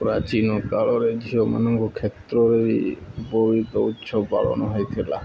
ପ୍ରାଚୀନ କାଳରେ ଝିଅମାନଙ୍କ କ୍ଷେତ୍ରରେ ବି ଉପବୀତ ଉତ୍ସବ ପାଳନ ହେଉଥିଲା